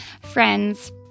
Friends